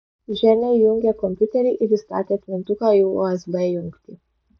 ženia įjungė kompiuterį ir įstatė atmintuką į usb jungtį